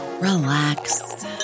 relax